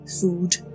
food